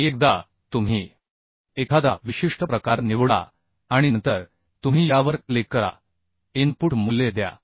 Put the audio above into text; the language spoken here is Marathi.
आणि एकदा तुम्ही एखादा विशिष्ट प्रकार निवडा आणि नंतर तुम्ही यावर क्लिक करा इनपुट मूल्ये द्या